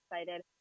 excited